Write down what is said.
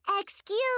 Excuse